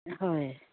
হয়